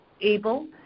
able